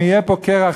אם יהיה פה קרע,